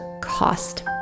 cost